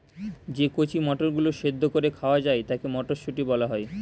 যে কচি মটরগুলো সেদ্ধ করে খাওয়া যায় তাকে মটরশুঁটি বলা হয়